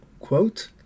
quote